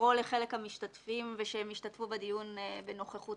לקרוא לחלק המשתתפים ושהם ישתתפו בדיון בנוכחות